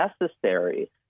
necessary